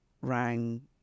rang